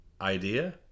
idea